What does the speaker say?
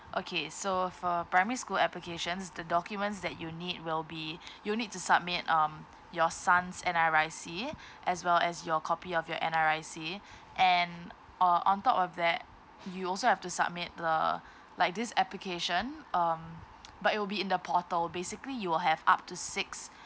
okay so for primary school applications the documents that you need will be you'll need to submit um your son's N_R_I_C as well as your copy of your N_R_I_C and uh on top of that you also have to submit the like this application um but it will be in the portal basically you will have up to six